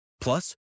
Plus